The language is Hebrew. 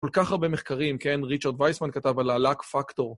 כל כך הרבה מחקרים, כן? ריצ'רד וייסמן כתב על הלאק פקטור.